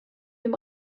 dem